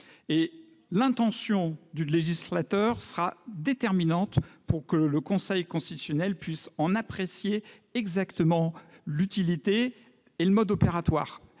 L'intention du législateur sera déterminante pour que le Conseil puisse en apprécier exactement l'utilité et le mode opératoire.